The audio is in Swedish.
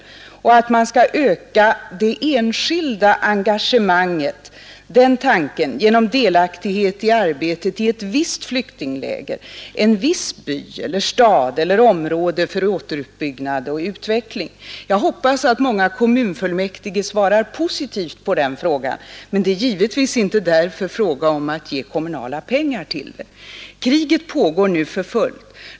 Tanken är att man skall öka det enskilda engagemanget genom delaktighet i arbetet i ett visst flyktingläger, en viss by eller stad eller ett visst område för återuppbyggnad och utveckling. Jag hoppas att många kommunfullmäktige svarar positivt på den framställningen, men det är givetvis inte fråga om att ge kommunala pengar. Kriget pågår nu för fullt.